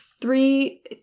three